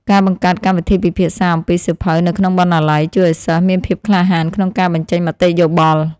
ការបង្កើតកម្មវិធីពិភាក្សាអំពីសៀវភៅនៅក្នុងបណ្ណាល័យ ជួយឱ្យសិស្សមានភាពក្លាហានក្នុងការបញ្ចេញមតិយោបល់។